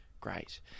great